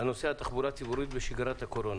הנושא: התחבורה הציבורית בשגרת הקורונה.